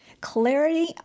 Clarity